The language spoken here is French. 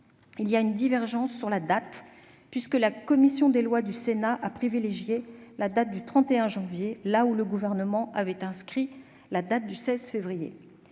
Une divergence existe sur la date, puisque la commission des lois du Sénat a privilégié celle du 31 janvier là où le Gouvernement avait inscrit le 16 février.